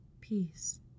peace